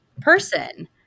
person